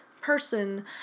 person